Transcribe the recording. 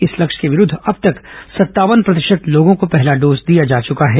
इस लक्ष्य के विरूद्व अब तक संतावन प्रतिशत लोगों को पहला डोज दिया जा चुका है